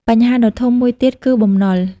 បញ្ហាដ៏ធំមួយទៀតគឺ បំណុល។